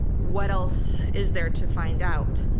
what else is there to find out?